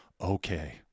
okay